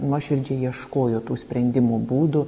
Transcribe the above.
nuoširdžiai ieškojo tų sprendimo būdų